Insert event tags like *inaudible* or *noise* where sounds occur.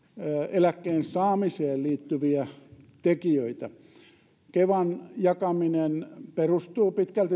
eläkkeen saamiseen liittyviä tekijöitä kevan jakaminen perustuu pitkälti *unintelligible*